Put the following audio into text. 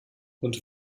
und